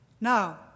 Now